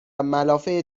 ملافه